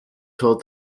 taught